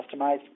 customized